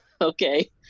okay